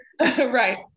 Right